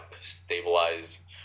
stabilize